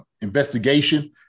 investigation